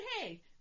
hey